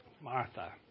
Martha